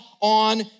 on